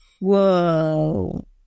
whoa